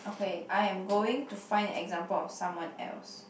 okay I am going to find an example of someone else